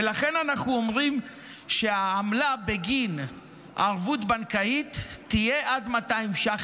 ולכן אנחנו אומרים שהעמלה בגין ערבות בנקאית תהיה עד 200 ש"ח,